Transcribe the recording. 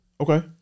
Okay